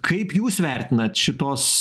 kaip jūs vertinat šitos